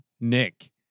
Nick